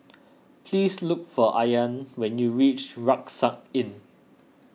please look for Ayaan when you reach Rucksack Inn